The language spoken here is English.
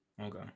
Okay